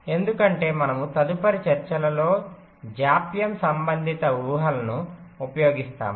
ఎందుకంటే మనము తదుపరి చర్చలలో జాప్యం సంబంధిత ఊహలను ఉపయోగిస్తాము